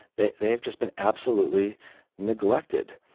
they they have just been absolutely neglected.